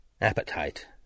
Appetite